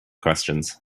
questions